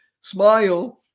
smile